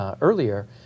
earlier